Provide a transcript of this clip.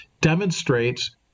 demonstrates